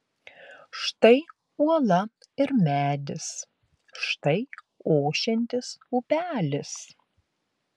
štai uola ir medis štai ošiantis upelis